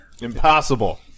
Impossible